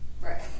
Right